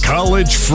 College